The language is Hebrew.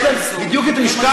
יש להם בדיוק את המשקל,